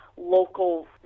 local